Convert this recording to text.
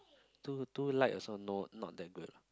too too light also no not that good